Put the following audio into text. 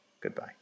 Goodbye